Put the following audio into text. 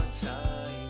Time